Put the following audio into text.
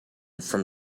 from